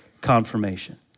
confirmation